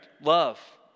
love